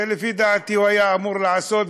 שלפי דעתי הוא היה אמור לעשות,